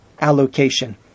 allocation